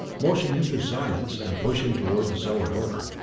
motion him to silence, and push him toward the cellar door.